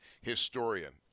historian